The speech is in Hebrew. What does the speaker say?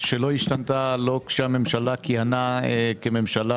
שלא השתנתה לא כשהממשלה כיהנה כממשלה